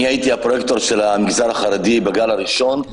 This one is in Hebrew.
הייתי הפרויקטור של המגזר החרדי בגל הראשון,